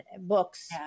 books